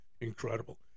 incredible